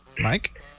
Mike